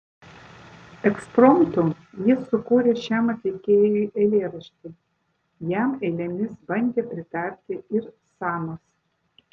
ekspromtu jis sukūrė šiam atlikėjui eilėraštį jam eilėmis bandė pritarti ir samas